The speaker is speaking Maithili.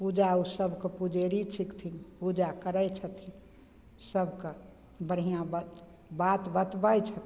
पूजा उ सबके पुजेगरी छथिन पूजा करय छथिन सबके बढ़िआँ बात बात बतबय छथिन